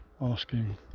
asking